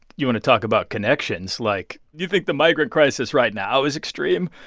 you want to talk about connections. like, you think the migrant crisis right now is extreme.